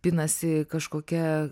pinasi kažkokia